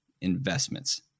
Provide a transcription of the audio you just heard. investments